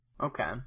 Okay